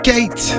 Gate